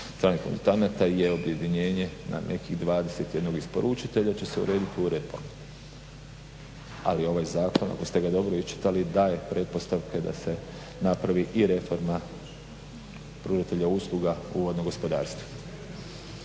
samih konzultanata je objedinjenje na nekih 21. isporučitelja, će se odredit u …/Govornik se ne razumije./… Ali ovaj zakon ako ste ga dobro iščitali daje pretpostavke da se napravi i reforma pružatelja usluga u vodnom gospodarstvu.